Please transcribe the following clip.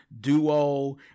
duo